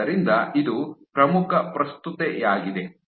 ಆದ್ದರಿಂದ ಇದು ಪ್ರಮುಖ ಪ್ರಸ್ತುತತೆಯಾಗಿದೆ